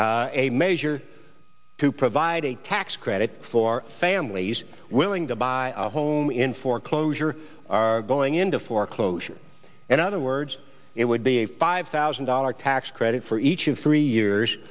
fact a measure to provide a tax credit for families willing to buy a home in foreclosure are going into foreclosure and other words it would be a five thousand dollars tax credit for each of three years